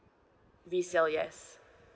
we sell yes